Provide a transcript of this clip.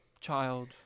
child